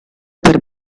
per